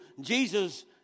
Jesus